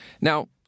Now